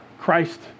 Christ